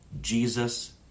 Jesus